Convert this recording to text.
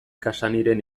cassanyren